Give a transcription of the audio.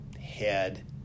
head